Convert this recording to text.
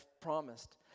promised